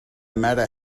matter